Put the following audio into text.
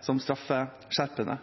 som straffeskjerpende.